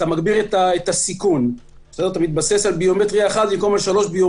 אתה מגביר את הסיכון - מתבסס על ביומטריה אחת במקום שלוש.